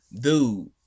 dude